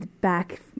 back